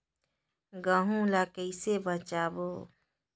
गहूं ला कइसे बेचबो?